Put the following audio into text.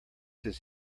his